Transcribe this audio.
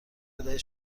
بدهید